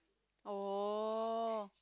oh